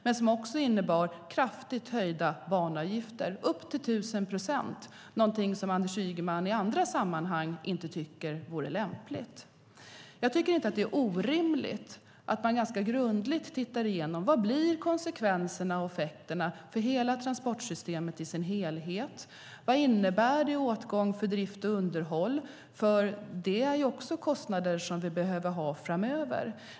Det skulle även innebära kraftigt höjda banavgifter på upp till 1 000 procent, något Anders Ygeman i andra sammanhang inte tycker vore lämpligt. Jag tycker inte att det är orimligt att man ganska grundligt tittar igenom vad konsekvenserna och effekterna blir för transportsystemet i sin helhet och vad det innebär i åtgång för drift och underhåll. Det är nämligen också kostnader vi behöver ha framöver.